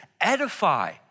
edify